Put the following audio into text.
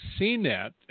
CNET